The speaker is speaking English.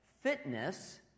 Fitness